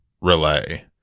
relay